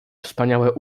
wspaniałe